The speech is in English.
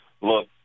look